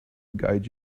guide